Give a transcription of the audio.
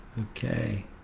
Okay